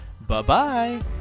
Bye-bye